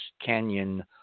canyon